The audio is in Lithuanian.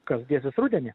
kas dėsis rudenį